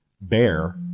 bear